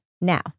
now